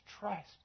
trust